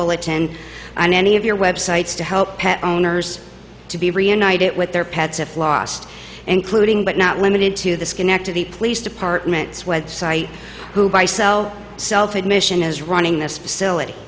bulletin on any of your websites to help pet owners to be reunited with their pets if lost including but not limited to the schenectady police department's web site who by cell self admission is running this